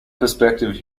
perspective